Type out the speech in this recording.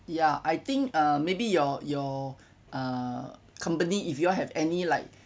ya I think uh maybe your your uh company if you all have any like